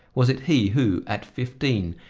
was it he who, at fifteen,